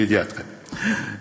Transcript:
לידיעתכם,